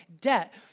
debt